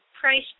price